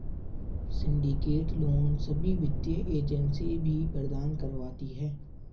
syndicate loan सभी वित्तीय agency भी प्रदान करवाती है